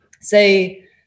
say